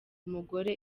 umugore